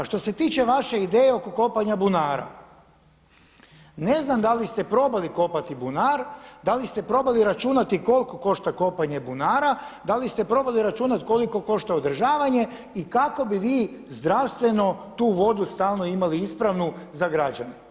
A što se tiče vaše ideje oko kopanja bunara, ne znam da li ste probali kopati bunar, da li se probali računati koliko košta kopanje bunara, da li ste probali računati koliko košta održavanje i kako bi vi zdravstveno tu vodu stalno imali ispravnu za građane.